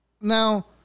now